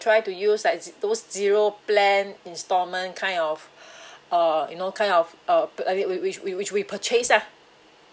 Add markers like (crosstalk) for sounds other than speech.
try to use like those zero plan instalment kind of (breath) uh you know kind of uh we we we we purchase lah